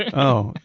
yeah oh,